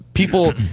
People